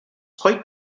quite